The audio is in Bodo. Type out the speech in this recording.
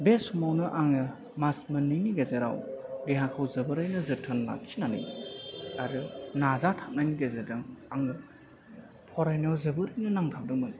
बे समावनो आङो मास मोननैनि गेजेराव देहाखौ जोबोर नो जोथोन लाखिनानै आरो नाजाथाबनायनि गेजेरजों आङो फरायनो जोबोरैनो नांथाबदोंमोन